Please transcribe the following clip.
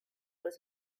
was